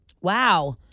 Wow